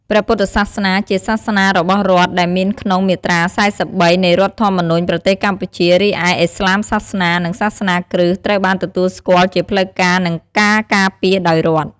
ព្រះពុទ្ធសាសនាជាសាសនារបស់រដ្ឋ ដែលមានក្នុង មាត្រា ៤៣ នៃរដ្ឋធម្មនុញ្ញប្រទេសកម្ពុជា រីឯ ឥស្លាមសាសនា និងសាសនាគ្រិស្តត្រូវបានទទួលស្គាល់ជាផ្លូវការ និងការការពារដោយរដ្ឋ។